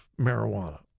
marijuana